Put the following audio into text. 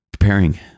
Preparing